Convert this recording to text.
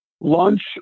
Lunch